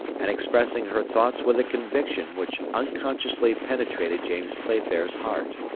and expressing her thoughts with a conviction which unconsciously penetrated james playfair's heart.